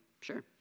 sure